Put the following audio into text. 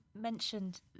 mentioned